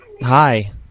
Hi